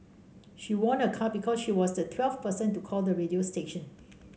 she won a car because she was the twelfth person to call the radio station